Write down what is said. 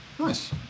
Nice